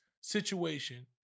situation